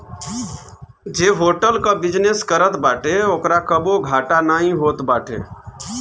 जे होटल कअ बिजनेस करत बाटे ओकरा कबो घाटा नाइ होत बाटे